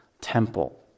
temple